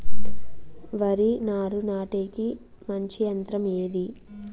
వరి నారు నాటేకి మంచి యంత్రం ఏది?